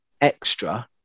extra